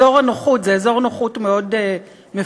אזור הנוחות, זה אזור נוחות מאוד מפוקפק.